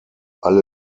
alle